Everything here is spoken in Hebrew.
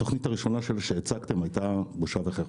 התוכנית הראשונה שהצגתם הייתה בושה וחרפה.